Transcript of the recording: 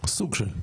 סוג של.